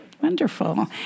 Wonderful